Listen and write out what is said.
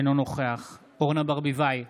אינו נוכח אורנה ברביבאי,